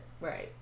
Right